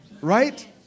Right